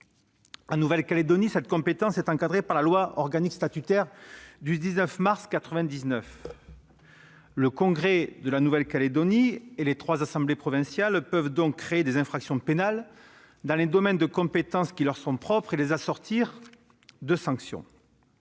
En Nouvelle-Calédonie, cette compétence est encadrée par la loi organique statutaire du 19 mars 1999. Le Congrès et les trois assemblées provinciales peuvent créer des infractions pénales dans les domaines de compétences qui leur sont propres et les assortir de sanctions.